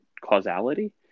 causality